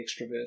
extrovert